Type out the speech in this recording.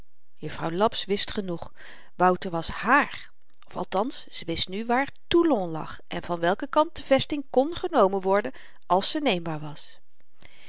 juffrouw laps wist genoeg wouter was hààr of althans ze wist nu waar toulon lag en van welken kant de vesting kn genomen worden als ze neembaar was